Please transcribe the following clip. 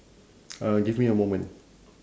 uh give me a moment